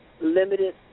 limited